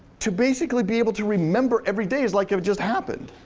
to basically be able to remember every day as like it just happened.